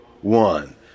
one